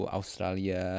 Australia